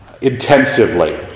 intensively